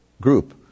group